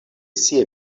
sia